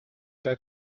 der